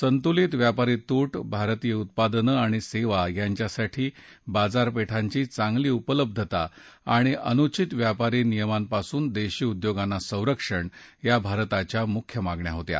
संतुलीत व्यापारी तूट भारतीय उत्पादनं आणि सेवा यासाठी बाजारपेठांची चांगली उपलब्धता आणि अनुचित व्यापारी नियमांपासून देशी उद्योगांना संरक्षण या भारताच्या मुख्य मागण्या होत्या